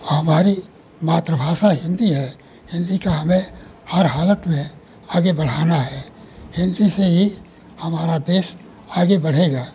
हमारी मात्रभाषा हिन्दी है हिन्दी को हमें हर हालत में आगे बढ़ाना है हिन्दी से ही हमारा देश आगे बढ़ेगा